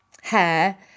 hair